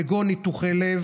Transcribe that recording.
כגון לניתוחי לב,